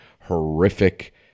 horrific